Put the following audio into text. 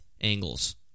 angles